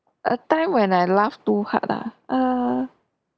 a time when I laughed too hard ah err